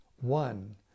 one